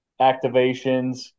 activations